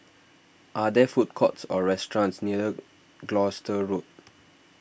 are there food courts or restaurants near Gloucester Road